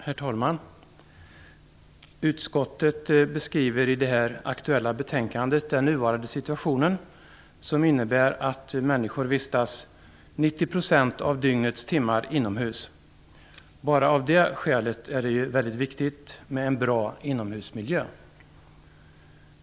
Herr talman! Utskottet beskriver i det aktuella betänkandet den nuvarande situationen, som innebär att människor vistas 90 % av dygnets timmar inomhus. Bara av det skälet är det väldigt viktigt med en bra inomhusmiljö.